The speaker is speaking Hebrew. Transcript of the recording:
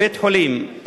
או לבית-חולים,